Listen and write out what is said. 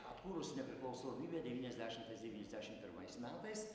atkūrus nepriklausomybę devyniasdešimtais devyniasdešim pirmais metais